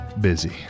busy